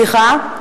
סליחה?